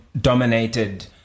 dominated